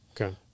Okay